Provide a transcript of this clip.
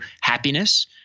happiness